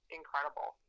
incredible